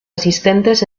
asistentes